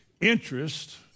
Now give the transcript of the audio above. interest